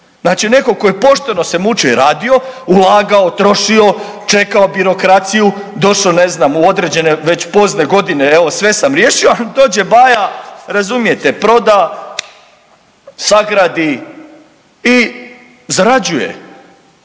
Znači neko ko je pošteno se mučio i radio, ulago, trošio, čekao birokraciju, došo ne znam u određene već pozne godine evo sve sam riješio, dođe Baja razumijete proda, sagradi i zarađuje.